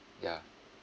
ya